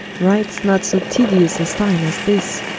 writes not so tedious a stile as this.